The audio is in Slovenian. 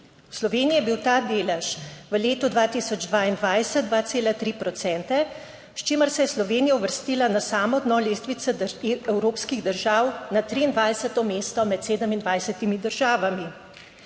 v Sloveniji je bil ta delež v letu 2022 2,3 procente, s čimer se je Slovenija uvrstila na samo dno lestvice evropskih držav, na 23. mesto med 27 državami.